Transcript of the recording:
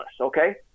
okay